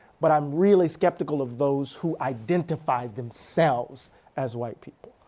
but i'm really skeptical of those who identify themselves as white people.